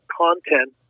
content